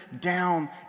down